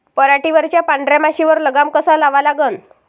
पराटीवरच्या पांढऱ्या माशीवर लगाम कसा लावा लागन?